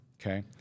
Okay